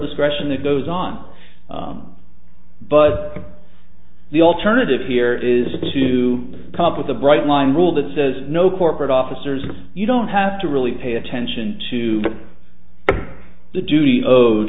discretion that goes on but the alternative here is to come up with a bright line rule that says no corporate officers you don't have to really pay attention to the duty